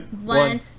One